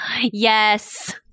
Yes